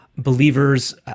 Believers